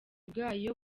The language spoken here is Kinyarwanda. bwayo